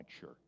church